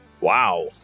Wow